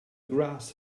grass